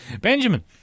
Benjamin